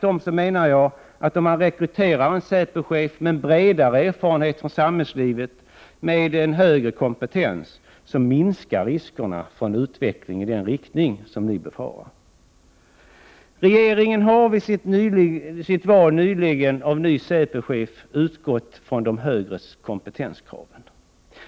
Om man rekryterar en säpochef med en bredare erfarenhet från samhällslivet och med högre kompetens, då minskar ju riskerna för en utveckling i den riktning som ni befarar. Regeringen har vid sitt val nyligen av ny säpochef utgått från de högre kompetenskraven.